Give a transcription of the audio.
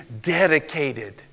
dedicated